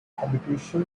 habitation